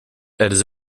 elles